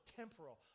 temporal